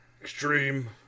Extreme